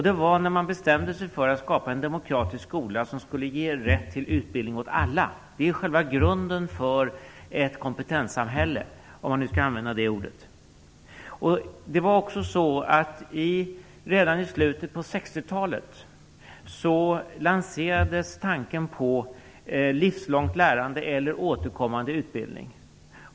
Det var när man bestämde sig för att skapa en demokratisk skola som skulle ge rätt till utbildning åt alla. Det är själva grunden för ett kompetenssamhälle, om man nu skall använda det ordet. Redan i slutet av 1960-talet lanserades tanken på livslångt lärande eller återkommande utbildning.